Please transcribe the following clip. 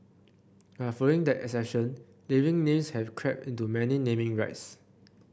but following that exception living names have crept into many naming rights